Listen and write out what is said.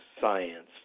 science